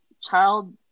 child